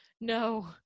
No